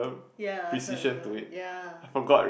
ye so this one ye